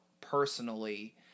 personally